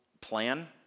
plan